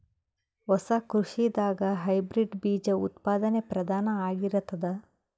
ಹೊಸ ಕೃಷಿದಾಗ ಹೈಬ್ರಿಡ್ ಬೀಜ ಉತ್ಪಾದನೆ ಪ್ರಧಾನ ಆಗಿರತದ